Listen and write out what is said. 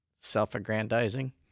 self-aggrandizing